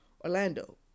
Orlando